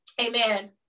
amen